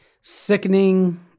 Sickening